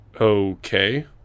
Okay